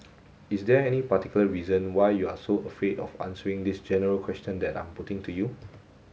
is there any particular reason why you are so afraid of answering this general question that I'm putting to you